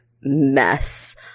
mess